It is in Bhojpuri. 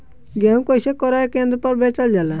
गेहू कैसे क्रय केन्द्र पर बेचल जाला?